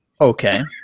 Okay